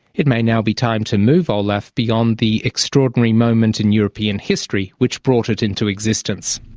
it may now be time to move olaf beyond the extraordinary moment in european history which brought it into existence.